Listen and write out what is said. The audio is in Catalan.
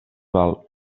val